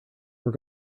were